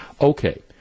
Okay